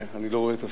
אני לא רואה את השר.